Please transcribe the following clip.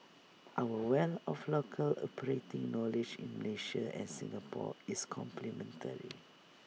our wealth of local operating knowledge in Malaysia and Singapore is complementary